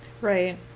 right